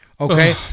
okay